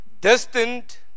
Destined